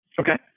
okay